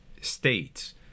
states